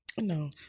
No